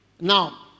Now